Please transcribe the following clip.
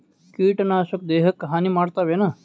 ಕೀಟನಾಶಕ ದೇಹಕ್ಕ ಹಾನಿ ಮಾಡತವೇನು?